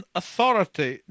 authority